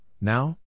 now